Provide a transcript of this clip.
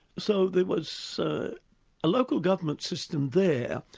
so there was a local government system there.